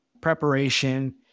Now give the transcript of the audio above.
preparation